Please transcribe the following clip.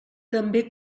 també